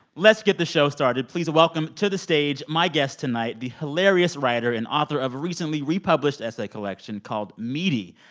let's get the show started. please welcome to the stage my guest tonight, the hilarious writer and author of a recently republished essay collection called meaty,